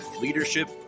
leadership